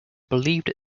believed